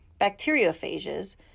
Bacteriophages